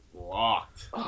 Locked